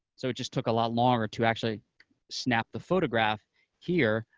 so it just took a lot longer to actually snap the photograph here,